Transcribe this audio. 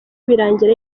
birangira